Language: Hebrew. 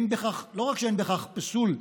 לא רק שאין בכך פסול,